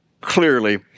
clearly